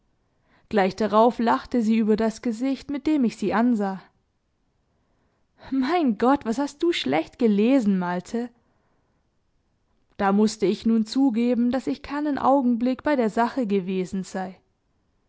gleich darauf lachte sie über das gesicht mit dem ich sie ansah mein gott was hast du schlecht gelesen malte da mußte ich nun zugeben daß ich keinen augenblick bei der sache gewesen sei